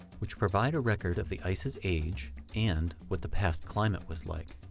which provide a record of the ice's age and what the past climate was like.